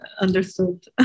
understood